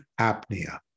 apnea